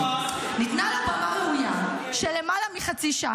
--- ניתנה לו במה ראויה של למעלה מחצי שעה,